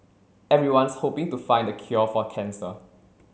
everyone's hoping to find the cure for cancer